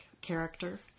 character